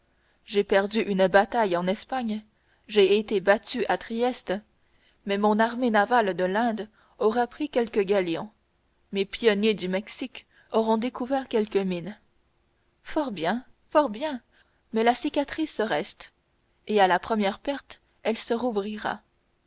j'ai perdu une bataille en espagne j'ai été battu à trieste mais mon armée navale de l'inde aura pris quelques galions mes pionniers du mexique auront découvert quelque mine fort bien fort bien mais la cicatrice reste et à la première perte elle se rouvrira